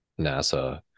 NASA